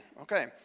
okay